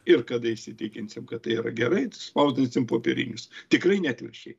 ir kada įsitikinsim kad tai yra gerai spausdinsim popierinius tikrai ne atvirkščiai